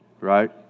right